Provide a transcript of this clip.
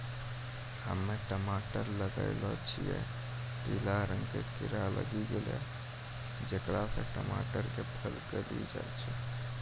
हम्मे टमाटर लगैलो छियै पीला रंग के कीड़ा लागी गैलै जेकरा से टमाटर के फल गली जाय छै?